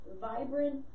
vibrant